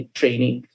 training